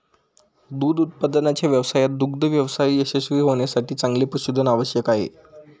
दूध उत्पादनाच्या व्यवसायात दुग्ध व्यवसाय यशस्वी होण्यासाठी चांगले पशुधन आवश्यक आहे